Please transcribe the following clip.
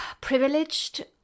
Privileged